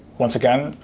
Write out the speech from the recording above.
once again,